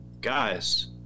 Guys